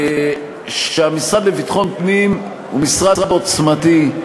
שהמשרד לביטחון פנים הוא משרד עוצמתי,